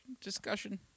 discussion